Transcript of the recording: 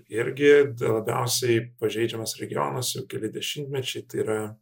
irgi labiausiai pažeidžiamas regionas jau keli dešimtmečiai tai yra